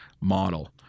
Model